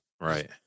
Right